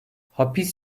hapis